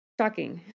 shocking